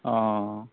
অঁ